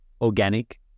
organic